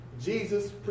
Jesus